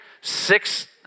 Six